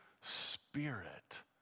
spirit